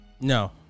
No